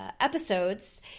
episodes